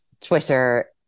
Twitter